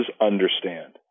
understand